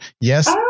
Yes